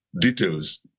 details